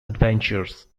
adventures